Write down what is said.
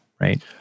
right